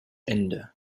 ende